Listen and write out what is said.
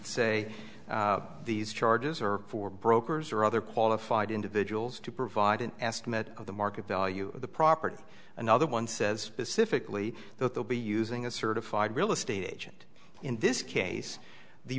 say these charges are for brokers or other qualified individuals to provide an estimate of the market value of the property another one says pacifically that they'll be using a certified real estate agent in this case the